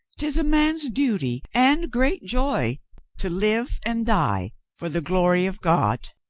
tis a man's duty and great joy to live and die for the glory of god.